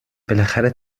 بالاخره